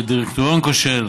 של דירקטוריון כושל,